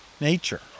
nature